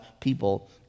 people